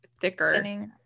thicker